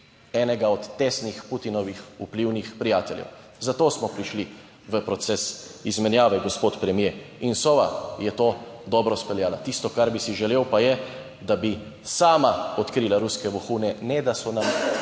enega od tesnih Putinovih vplivnih prijateljev, zato smo prišli v proces izmenjave, gospod premier, in Sova je to dobro speljala. Tisto, kar bi si želel, pa je, da bi sama odkrila ruske vohune, ne da so nam